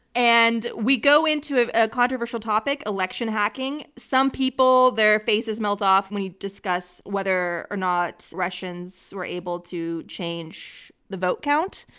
and we go into a ah controversial topic, election hacking. some people, their faces melt off when you discuss whether or not russians were able to change the vote count.